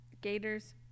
gators